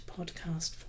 podcast